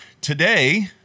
Today